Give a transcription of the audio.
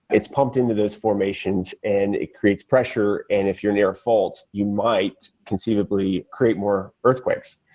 it's pumped into those formations and creates pressure and if you're in your fault you might conceivably create more earthquakes.